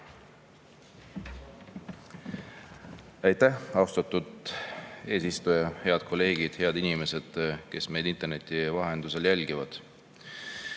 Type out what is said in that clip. Aitäh, austatud eesistuja! Head kolleegid! Head inimesed, kes te meid interneti vahendusel jälgite!